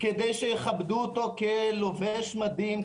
כדי שיכבדו אותו כלובש מדים,